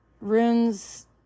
Runes